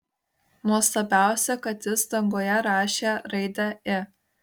nuostabiausia kad jis danguje rašė raidę i